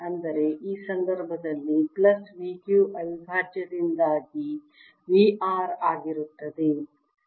ಅಂದರೆ ಈ ಸಂದರ್ಭದಲ್ಲಿ ಪ್ಲಸ್ V q ಅವಿಭಾಜ್ಯದಿಂದಾಗಿ V r ಆಗಿರುತ್ತದೆ